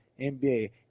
NBA